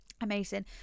amazing